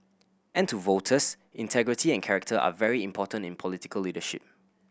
and to voters integrity and character are very important in political leadership